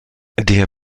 der